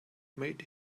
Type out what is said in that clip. made